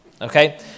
Okay